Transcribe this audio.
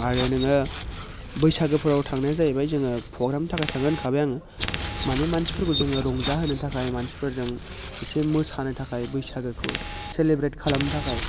आरो नोङो बैसागोफोराव थांनाया जाहैबाय जोङो प्रग्रामनि थाखाय थाङो होनखाबाय आङो माने मानसिफोरखौ जोङो रंजाहोनो थाखाय मानसिफोरजों एसे मोसानो थाखाय बैसागोखौ सेलेब्रेट खालामनो थाखाय